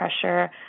pressure